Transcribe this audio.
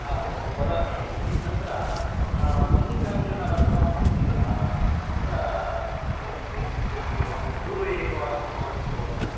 हा व वदामि किञ्चित् तत्र मल्लिकार्जुनरस्ताम् अस्ति किल तत्र एकं सैट् इति भवान् पूर्वे एकवारं भवान् उक्तवन्तः